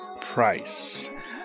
price